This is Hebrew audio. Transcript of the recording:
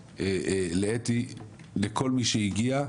לאתי ולכל מי שהגיע לדיון.